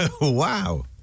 Wow